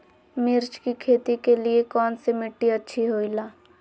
मिर्च की खेती के लिए कौन सी मिट्टी अच्छी होईला?